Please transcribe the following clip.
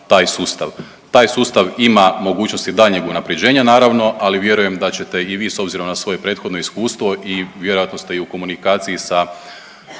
Taj sustav ima mogućnosti daljnjeg unapređenja naravno, ali vjerujem da ćete i vi s obzirom na svoje prethodno iskustvo i vjerojatno ste i u komunikaciji sa